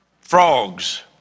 frogs